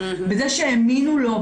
בזה שהאמינו לו,